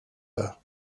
her